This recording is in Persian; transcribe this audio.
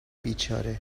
بیچاره